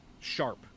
sharp